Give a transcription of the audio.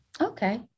Okay